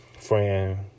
friend